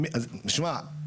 תשמע,